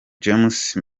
james